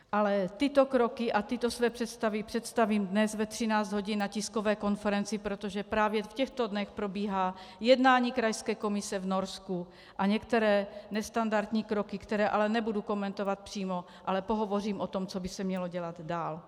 Ale tyto kroky a tyto své představy představím dnes ve 13 hodin na tiskové konferenci, protože právě v těchto dnech probíhá jednání krajské komise v Norsku a některé nestandardní kroky, které ale nebudu komentovat přímo, ale pohovořím o tom, co by se mělo dělat dál.